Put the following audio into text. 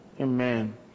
Amen